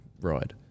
RIDE